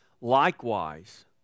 likewise